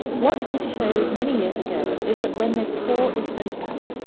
what we showed many years ago is that when this pore is open,